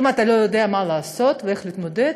אם אתה לא יודע מה לעשות ואיך להתמודד,